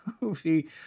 movie